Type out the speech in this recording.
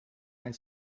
and